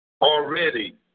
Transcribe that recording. already